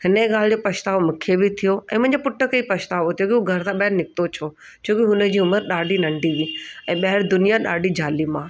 हिन ॻाल्हि जे पछिताओ मूंखे बि थियो ऐं मुंहिंजे पुट खे बि पछितावो थियो जो की हो घर खां ॿाहिरि निकितो छो छो की उन जी उमिरि ॾाढी नन्ढी हुई ऐं ॿाहिरि दुनिया ॾाढी ज़ालिमु आहे